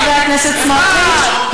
חבר הכנסת סמוטריץ,